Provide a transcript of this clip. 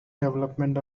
development